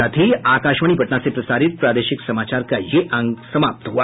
इसके साथ ही आकाशवाणी पटना से प्रसारित प्रादेशिक समाचार का ये अंक समाप्त हुआ